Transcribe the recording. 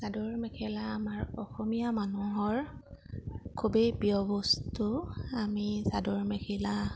চাদৰ মেখেলা আমাৰ অসমীয়া মানুহৰ খুবেই প্ৰিয় বস্তু আমি চাদৰ মেখেলা